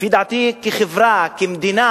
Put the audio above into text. לפי דעתי, החברה כמדינה